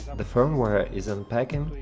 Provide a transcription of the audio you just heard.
the firmware is unpacking